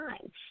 time